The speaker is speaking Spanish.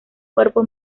cuerpo